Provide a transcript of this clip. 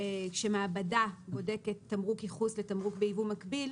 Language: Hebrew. כשמעבדה בודקת תמרוק ייחוס לתמרוק בייבוא מקביל,